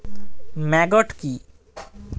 Maggot কি?